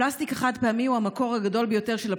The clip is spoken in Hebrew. הפלסטיק החד-פעמי הוא המקור הגדול ביותר של הפסולת,